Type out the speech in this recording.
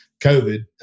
COVID